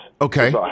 Okay